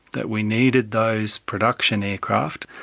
that we needed those production aircraft,